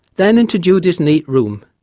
then into judy's neat room.